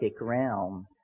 realm